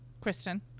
Kristen